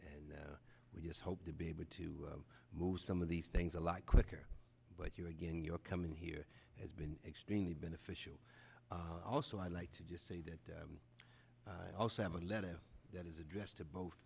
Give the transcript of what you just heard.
and we just hope to be able to move some of these things a lot quicker but you again you're coming here has been extremely beneficial also i'd like to just say that i also have a letter that is addressed to both